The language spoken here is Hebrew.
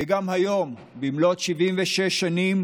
גם היום, במלאת 76 שנים